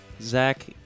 Zach